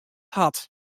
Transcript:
hat